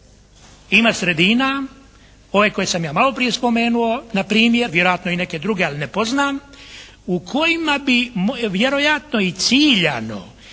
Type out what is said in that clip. Ima sredina ove koje sam ja maloprije spomenuo npr. vjerojatno i neke druge ali ne poznam, u kojima bi vjerojatno i ciljano